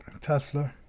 Tesla